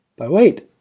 but wait,